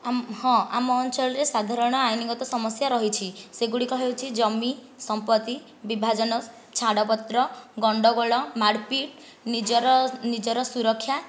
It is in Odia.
ହଁ ଆମ ଅଞ୍ଚଳରେ ସାଧାରଣ ଆଇନଗତ ସମସ୍ୟା ରହିଛି ସେଗୁଡ଼ିକ ହେଉଛି ଜମି ସମ୍ପତି ବିଭାଜନ ଛାଡ଼ପତ୍ର ଗଣ୍ଡଗୋଳ ମାଡ଼ପିଟ ନିଜର ନିଜର ସୁରକ୍ଷା